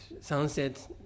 sunset